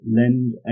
lend